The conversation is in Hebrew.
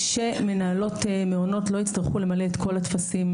שמנהלות מעונות לא יצטרכו למלא את כל הטפסים.